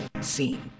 Scene